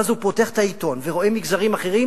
ואז הוא פותח את העיתון ורואה מגזרים אחרים,